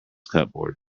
cupboard